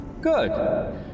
Good